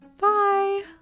Bye